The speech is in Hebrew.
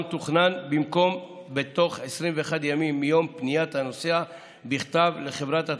המתוכנן במקום תוך 21 ימים מיום פניית הנוסע בכתב לחברת התעופה,